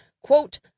Quote